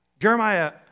Jeremiah